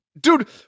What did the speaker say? dude